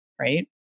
right